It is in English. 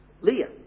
Leah